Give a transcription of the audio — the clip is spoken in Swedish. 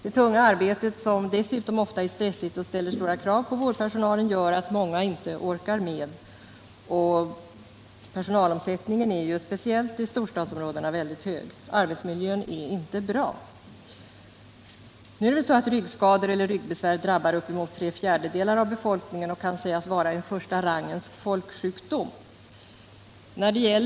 Det tunga arbetet, som dessutom också är stressigt och ställer stora krav på vårdpersonalen, gör att många inte orkar med. Personalomsättningen är, speciellt i storstadsområdena, väldigt hög. Arbetsmiljön är inte bra. Ryggskador eller ryggbesvär drabbar uppemot tre fjärdedelar av befolkningen och kan sägas vara en första rangens folksjukdom.